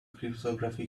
cryptography